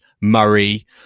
Murray